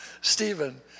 Stephen